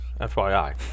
FYI